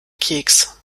keks